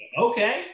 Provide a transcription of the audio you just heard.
okay